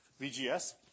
VGS